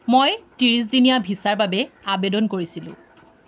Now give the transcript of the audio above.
মই ত্ৰিছদিনীয়া ভিছাৰ বাবে আবেদন কৰিছিলোঁ